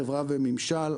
חברה וממשל,